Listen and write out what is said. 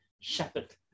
shepherd